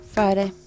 Friday